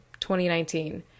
2019